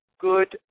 good